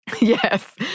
Yes